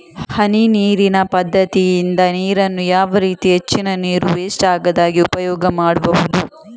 ಹನಿ ನೀರಿನ ಪದ್ಧತಿಯಿಂದ ನೀರಿನ್ನು ಯಾವ ರೀತಿ ಹೆಚ್ಚಿನ ನೀರು ವೆಸ್ಟ್ ಆಗದಾಗೆ ಉಪಯೋಗ ಮಾಡ್ಬಹುದು?